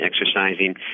exercising